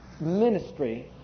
ministry